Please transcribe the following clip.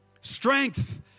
strength